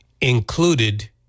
included